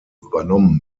übernommen